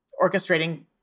orchestrating